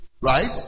right